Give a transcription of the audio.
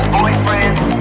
boyfriends